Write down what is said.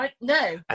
No